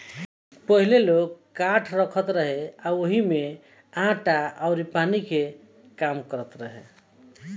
पहिले लोग काठ रखत रहे आ ओही में आटा अउर पानी के काम करत रहे